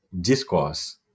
discourse